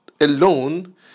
Alone